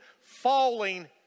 falling